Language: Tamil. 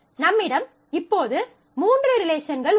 நம்மிடம் இப்போது மூன்று ரிலேஷன்கள் உள்ளன